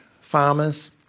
farmers